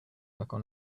worker